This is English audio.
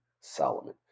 Solomon